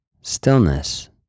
stillness